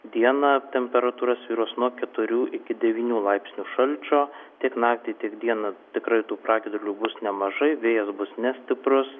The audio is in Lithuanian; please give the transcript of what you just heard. dieną temperatūra svyruos nuo keturių iki devynių laipsnių šalčio tiek naktį tiek dieną tikrai tų pragiedrulių bus nemažai vėjas bus nestiprus